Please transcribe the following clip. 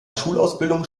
schulausbildung